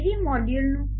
PV મોડ્યુલનું